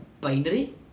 binary